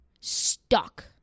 Stuck